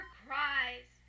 cries